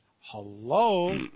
Hello